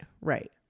Right